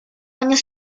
años